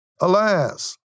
Alas